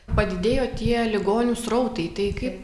padidėjo tie ligonių srautai tai kaip